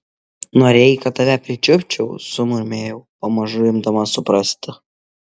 norėjai kad tave pričiupčiau sumurmėjau pamažu imdama suprasti